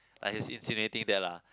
like he's incinerating that lah